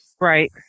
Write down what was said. Right